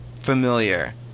familiar